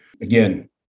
Again